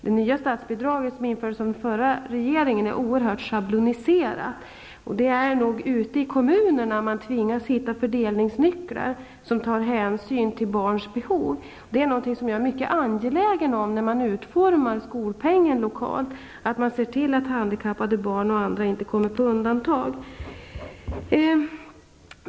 Det nya statsbidraget, som infördes av den förra regeringen, är oerhört schabloniserat, och det är nog ute i kommunerna som man tvingas hitta fördelningsnycklar för att kunna ta hänsyn till barns behov. Det är något som jag är mycket angelägen om när man utformar skolpengen lokalt, så att handikappade barn och andra inte kommer på undantag.